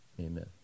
Amen